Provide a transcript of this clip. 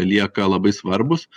lieka labai svarbūs